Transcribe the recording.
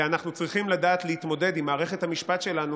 ואנחנו צריכים לדעת להתמודד עם מערכת המשפט שלנו,